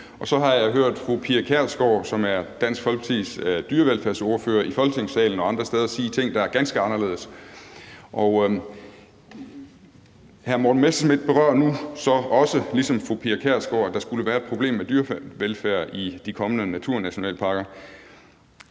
og så har jeg hørt fru Pia Kjærsgaard, som er Dansk Folkepartis dyrevelfærdsordfører i Folketingssalen og andre steder, sige ting, der er ganske anderledes. Hr. Morten Messerschmidt berører nu så også ligesom fru Pia Kjærsgaard det, at der skulle være et problem med dyrevelfærden i de kommende naturnationalparker.